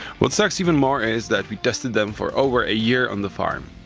what sucks even more, is that we tested them for over a year on the farm.